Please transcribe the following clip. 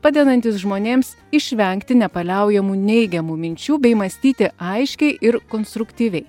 padedantys žmonėms išvengti nepaliaujamų neigiamų minčių bei mąstyti aiškiai ir konstruktyviai